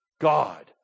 God